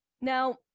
Now